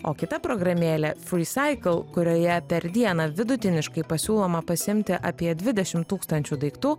o kita programėlė free cycle kurioje per dieną vidutiniškai pasiūloma pasiimti apie dvidešimt tūkstančių daiktų